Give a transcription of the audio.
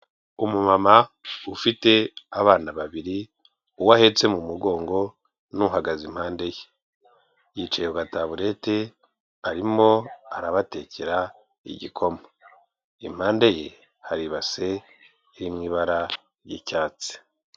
Umumama ufite abana babiri, uwo ahetse mu mugongo n'uhagaze impande ye. Yicaye ku gataburete arimo arabatekera igikoma. Impande ye hari ibase iri mu ibara ry'icyatsi.